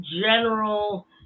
general